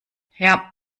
herr